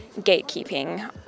gatekeeping